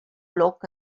loc